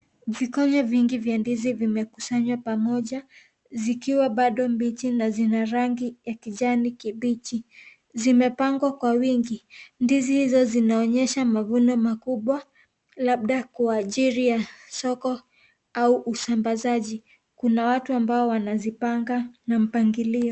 Vikonyo vingi vya ndizi vimekusanywa pamoja zikiwa bado mbichi na zina rangi ya kijani kibichi, zimepangwa Kwa wingi. Ndizi hizo zinaonyesha mavuno makubwa labda Kwa ajili ya soko au usambazaji. Kuna watu ambao wanazipanga na mpangilio.